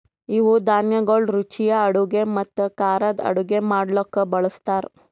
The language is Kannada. ಇವು ಧಾನ್ಯಗೊಳ್ ರುಚಿಯ ಅಡುಗೆ ಮತ್ತ ಖಾರದ್ ಅಡುಗೆ ಮಾಡ್ಲುಕ್ ಬಳ್ಸತಾರ್